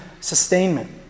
sustainment